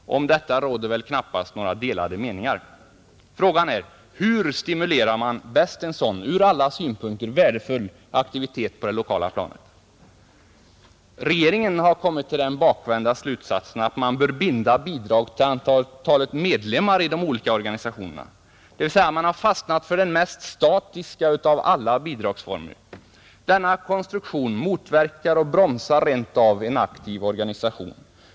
Om detta råder knappast några delade meningar. Frågan är: Hur stimulerar man bäst en sådan — från alla synpunkter — värdefull aktivitet på det lokala planet? Regeringen har kommit till den bakvända slutsatsen att man bör binda bidraget till antalet medlemmar i de olika organisationerna, dvs. man har fastnat för den mest statiska av alla bidragsformer. Denna konstruktion motverkar och bromsar rent av en aktiv organisation.